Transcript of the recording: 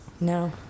No